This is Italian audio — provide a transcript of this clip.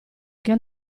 che